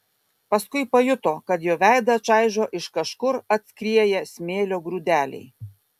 paskui pajuto kad jo veidą čaižo iš kažkur atskrieję smėlio grūdeliai